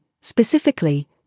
specifically